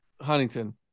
Huntington